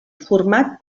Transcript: format